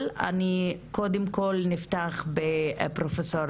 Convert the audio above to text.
קודם כל נפתח עם פרופ'